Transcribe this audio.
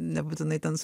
nebūtinai ten